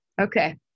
okay